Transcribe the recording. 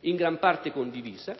in gran parte condivisa,